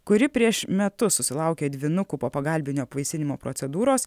kuri prieš metus susilaukė dvynukų po pagalbinio apvaisinimo procedūros